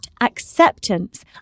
acceptance